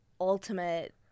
ultimate